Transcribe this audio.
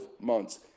months